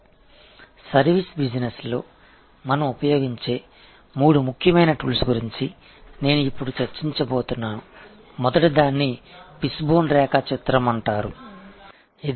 நான் இப்போது விவாதிக்கப் போகிறேன் சர்வீஸ் வணிகத்தில் நாம் பயன்படுத்தும் மிக முக்கியமான மூன்று கருவிகள் முதல் ஒன்று ஃபிஷ் போன் வரைபடம் என்று அழைக்கப்படுகிறது